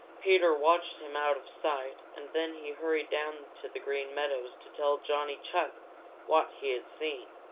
peter watched him out of sight and then he hurried down to the green meadows to tell johnny chuck what he had seen.